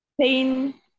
pain